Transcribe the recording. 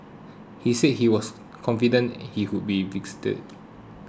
he said he was confident he would be vindicated